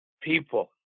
people